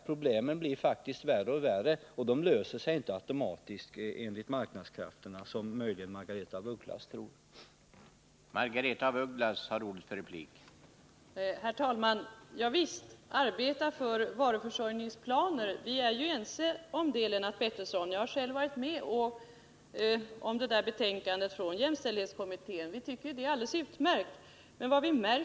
Problemen blir bara värre och värre, och de löser sig inte automatiskt med hjälp av marknadskrafterna, något som Margaretha af Ugglas möjligen tror.